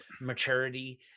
maturity